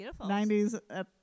90s